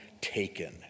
taken